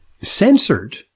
censored